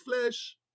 flesh